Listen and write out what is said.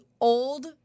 old